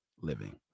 living